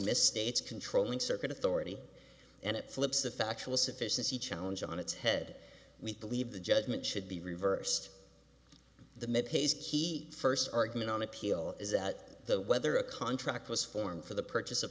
misstates controlling circuit authority and it flips the factual sufficiency challenge on its head we leave the judgment should be reversed the he first argument on appeal is that the whether a contract was formed for the purchase